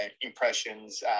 impressions